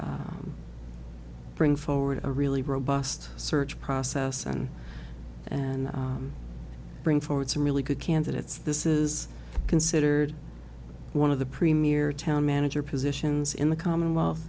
bring forward a really robust search process and and bring forward some really good candidates this is considered one of the premier town manager positions in the commonwealth